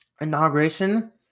inauguration